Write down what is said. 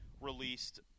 released